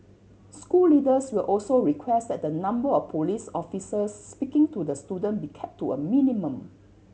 school leaders will also request that the number of police officers speaking to the student be kept to a minimum